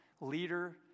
leader